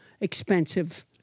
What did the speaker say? expensive